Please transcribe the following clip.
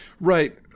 right